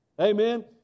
Amen